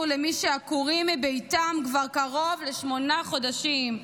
למי שעקורים מביתם כבר קרוב לשמונה חודשים,